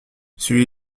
celui